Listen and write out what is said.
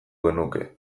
genuke